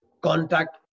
contact